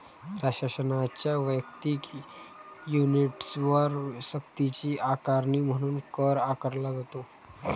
प्रशासनाच्या वैयक्तिक युनिट्सवर सक्तीची आकारणी म्हणून कर आकारला जातो